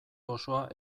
osoa